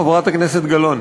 חברת הכנסת גלאון,